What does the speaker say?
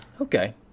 okay